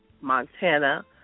Montana